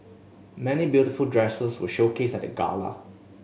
many beautiful dresses were showcased at the gala